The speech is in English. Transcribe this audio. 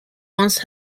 once